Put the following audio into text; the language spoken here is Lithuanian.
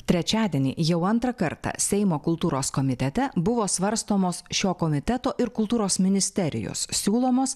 trečiadienį jau antrą kartą seimo kultūros komitete buvo svarstomos šio komiteto ir kultūros ministerijos siūlomos